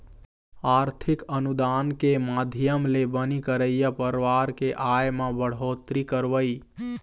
आरथिक अनुदान के माधियम ले बनी करइया परवार के आय म बड़होत्तरी करवई